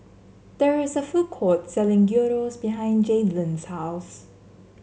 there is a food court selling Gyros behind Jaidyn's house